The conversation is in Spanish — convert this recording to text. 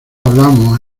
hablamos